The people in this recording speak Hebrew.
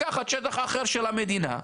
לקחת שטח אחר של המדינה,